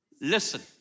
Listen